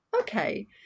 Okay